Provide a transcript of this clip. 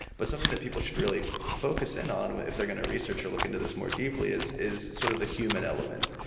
but something that people should really focus in on if they're going to research or look into this more deeply, is is sort of the human element.